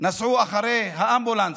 נסעו אחרי האמבולנס.